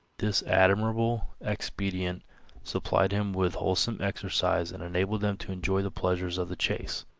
this admirable expedient supplied him with wholesome exercise and enabled them to enjoy the pleasures of the chase